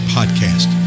Podcast